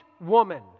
woman